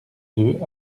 deux